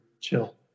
chill